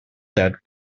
that